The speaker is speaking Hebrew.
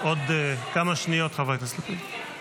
עוד כמה שניות, חבר הכנסת לפיד.